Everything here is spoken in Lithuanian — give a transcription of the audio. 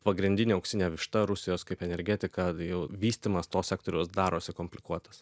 pagrindinė auksinė višta rusijos kaip energetika jau vystymas to sektoriaus darosi komplikuotas